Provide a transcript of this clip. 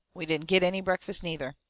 we didn't get any breakfast neither.